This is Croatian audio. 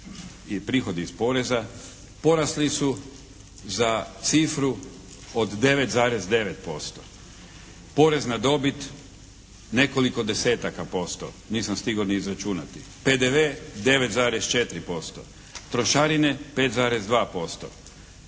prihodi iz poreza porasli su za cifru od 9,9%. Porez na dobit nekoliko desetaka posto, nisam stigao ni izračunati, PDV 9,4%, trošarine 5,2%.